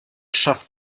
schafft